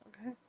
Okay